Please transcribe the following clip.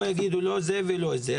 יגידו שלא זה ולא זה.